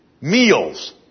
meals